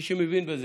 מי שמבין בזה,